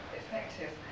effective